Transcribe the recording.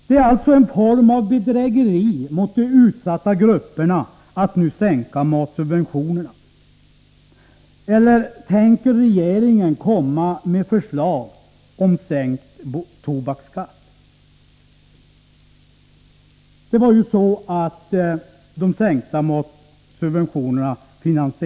Det är alltså en form av bedrägeri mot de utsatta grupperna att nu sänka matsubventionerna, eller tänker regeringen komma med förslag om sänkning av tobaksskatten?